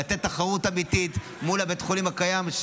לתת תחרות אמיתית מול בית החולים הקיים,